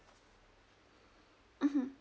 mmhmm